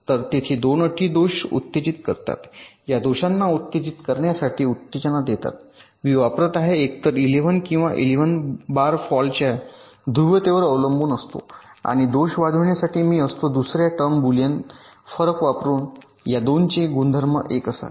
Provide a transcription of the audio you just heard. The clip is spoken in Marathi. तर तेथे दोन अटी दोष उत्तेजित करतात आणि दोषांना उत्तेजित करण्यासाठी उत्तेजन देतात मी वापरत आहे एकतर इलेव्हन किंवा इलेवन बार फॉल्टच्या ध्रुवीयतेवर अवलंबून असतो आणि दोष वाढविण्यासाठी मी असतो दुसर्या टर्म बुलियन फरक वापरुन या 2 चे गुणधर्म 1 असावे